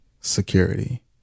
security